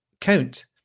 count